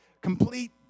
Complete